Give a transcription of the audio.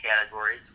categories